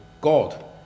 god